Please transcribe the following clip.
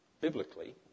biblically